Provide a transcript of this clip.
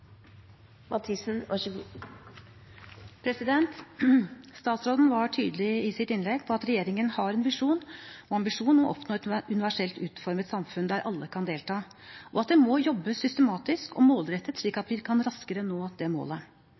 Statsråden var tydelig i sitt innlegg på at regjeringen har en visjon og en ambisjon om å oppnå et universelt utformet samfunn der alle kan delta, og at det må jobbes systematisk og målrettet, slik at vi raskere kan nå det målet.